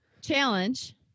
challenge